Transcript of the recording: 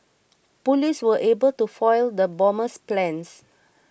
police were able to foil the bomber's plans